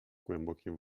głębokim